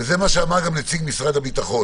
וזה מה שאמר גם נציג משרד הביטחון